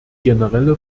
generelle